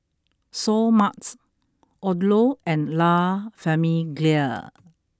Seoul Mart Odlo and La Famiglia